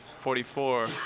forty-four